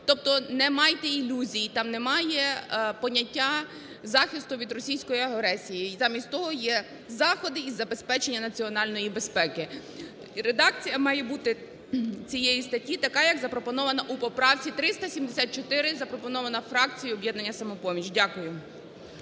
Тобто не майте ілюзій там немає поняття захисту від російської агресії. Замість того є заходи із забезпечення національної безпеки. Редакція має бути цієї статті така як запропонована у статті 374, запропонована фракцією "Об'єднання "Самопоміч" . Дякую.